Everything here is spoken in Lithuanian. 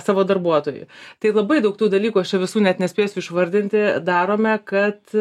savo darbuotojui tai labai daug tų dalykų aš visų net nespėsiu išvardinti darome kad